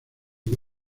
que